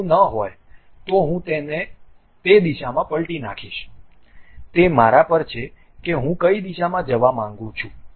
જો તેવું ન હોય તો હું તેને તે દિશામાં પલટી નાખીશ તે મારા પર છે કે હું કઈ દિશામાં જવા માંગું છું